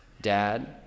dad